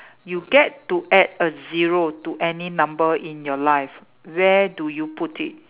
you get to add a zero to any number in your life where do you put it